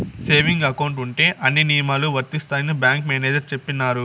saving account ఉంటే అన్ని నియమాలు వర్తిస్తాయని బ్యాంకు మేనేజర్ చెప్పినారు